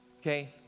Okay